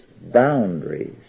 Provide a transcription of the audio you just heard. boundaries